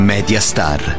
Mediastar